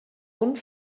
und